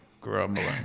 grumbling